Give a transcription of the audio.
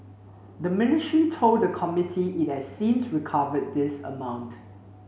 the ministry told the committee it has since recovered this amount